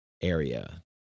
area